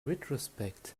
retrospect